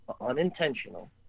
unintentional